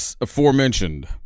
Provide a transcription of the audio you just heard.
aforementioned